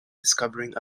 discovering